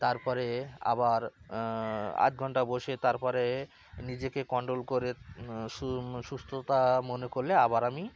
তার পরে আবার আধ ঘণ্টা বসে তার পরে নিজেকে কন্ট্রোল করে সু সুস্থতা মনে করলে আবার আমি